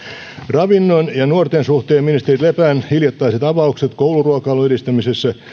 ravinnon ja nuorten suhteen ministeri lepän hiljattaiset avaukset kouluruokailun edistämisessä